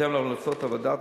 בהתאם להמלצות הוועדה,